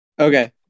Okay